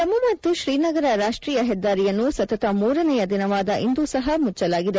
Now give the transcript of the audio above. ಜಮ್ಮು ಮತ್ತು ಶ್ರೀನಗರ ರಾಷ್ಟೀಯ ಹೆದ್ದಾರಿಯನ್ನು ಸತತ ಮೂರನೆಯ ದಿನವಾದ ಇಂದೂ ಸಹ ಮುಚ್ಚಲಾಗಿದೆ